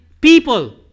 people